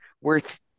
worth